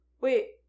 Wait